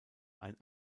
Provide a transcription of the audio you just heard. ein